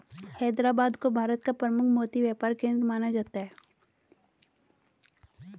हैदराबाद को भारत का प्रमुख मोती व्यापार केंद्र माना जाता है